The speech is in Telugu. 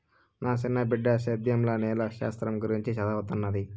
నా సిన్న బిడ్డ సేద్యంల నేల శాస్త్రంల గురించి చదవతన్నాది